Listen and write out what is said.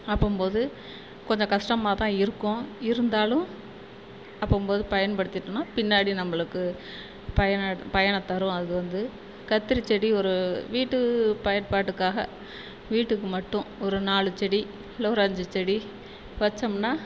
அப்போம்போது கொஞ்சம் கஷ்டமாக தான் இருக்கும் இருந்தாலும் அப்போம்போது பயன்படுத்திட்டினா பின்னாடி நம்பளுக்கு பயனட் பயனை தரும் அது வந்து கத்திரிச்செடி ஒரு வீட்டு பயன்பாட்டுக்காக வீட்டுக்கு மட்டும் ஒரு நாலு செடி இல்லை ஒரு அஞ்சு செடி வெச்சோம்னா